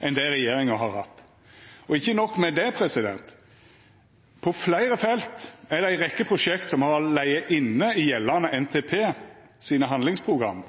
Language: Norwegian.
enn det regjeringa har hatt. Og ikkje nok med det: På fleire felt er det ei rekkje prosjekt som har lege inne i handlingsprogramma